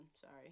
sorry